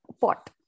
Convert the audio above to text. pot